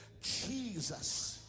Jesus